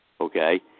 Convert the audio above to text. okay